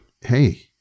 hey